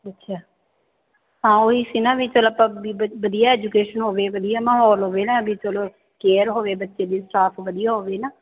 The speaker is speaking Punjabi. ਅੱਛਾ ਹਾਂ ਉਹੀ ਸੀ ਨਾ ਵੀ ਚਲੋ ਆਪਾਂ ਵੀ ਵ ਵਧੀਆ ਐਜੂਕੇਸ਼ਨ ਹੋਵੇ ਵਧੀਆ ਮਾਹੌਲ ਹੋਵੇ ਨਾ ਵੀ ਚਲੋ ਕੇਅਰ ਹੋਵੇ ਬੱਚੇ ਦੀ ਸਟਾਫ ਵਧੀਆ ਹੋਵੇ ਨਾ